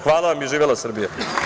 Hvala vam i živela Srbija!